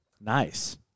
Nice